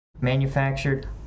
manufactured